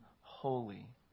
holy